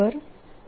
vJ PJ